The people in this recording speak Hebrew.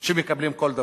שמקבלים כל דבר.